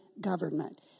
government